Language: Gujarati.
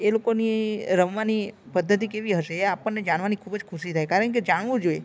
એ લોકોની રમવાની પદ્ધતિ કેવી હશે એ આપણને જાણવાની ખુબ જ ખુશી થાય કારણ કે જાણવું જોઈએ